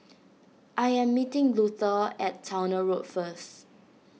I am meeting Luther at Towner Road first